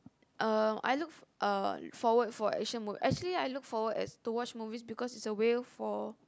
um I look uh forward for action movie actually I look forward as to watch movies because it's a way for